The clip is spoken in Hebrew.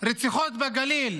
רציחות בגליל.